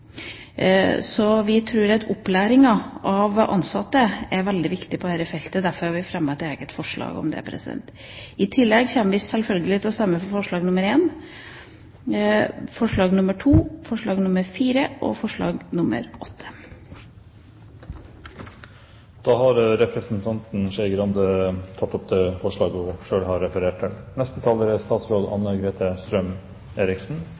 Vi tror at opplæringen av ansatte er veldig viktig på dette feltet – derfor har vi fremmet et eget forslag om det. I tillegg kommer vi selvfølgelig til å stemme for forslag nr. 1, forslag nr. 2, forslag nr. 4 og forslag nr. 8. Representanten Trine Skei Grande har tatt opp det forslaget hun